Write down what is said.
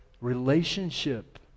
relationship